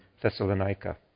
Thessalonica